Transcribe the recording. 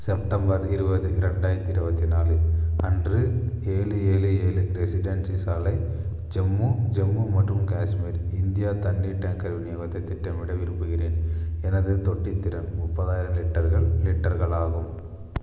September இருபது இரண்டாயிரத்தி இருபத்தி நாலு அன்று ஏழு ஏழு ஏழு ரெசிடென்சி சாலை ஜம்மு ஜம்மு மற்றும் காஷ்மீர் இந்தியா தண்ணீர் டேங்கர் விநியோகத்தை திட்டமிட விரும்புகிறேன் எனது தொட்டித் திறன் முப்பதாயிரம் லிட்டர்கள் லிட்டர்கள் ஆகும்